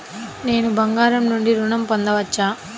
నేను బంగారం నుండి ఋణం పొందవచ్చా?